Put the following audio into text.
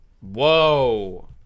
Whoa